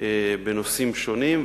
בנושאים שונים,